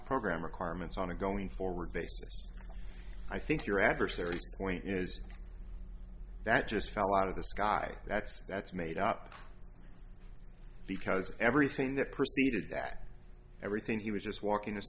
the program requirements on a going forward basis i think your adversary point is that just fell out of the sky that's that's made up because everything that preceded that everything he was just walking